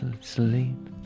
sleep